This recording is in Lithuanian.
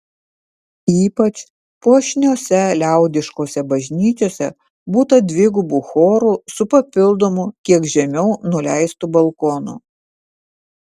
ypač puošniose liaudiškose bažnyčiose būta dvigubų chorų su papildomu kiek žemiau nuleistu balkonu